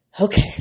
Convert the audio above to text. Okay